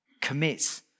commit